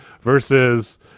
versus